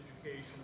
Education